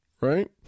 Right